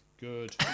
Good